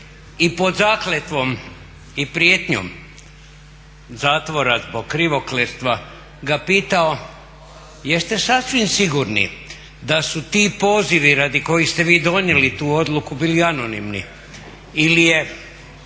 i pod zakletvom i prijetnjom zatvora zbog krivokletstva ga pitao jeste sasvim sigurni da su ti pozivi radi kojih ste vi donijeli tu odluku bili anonimni ili je,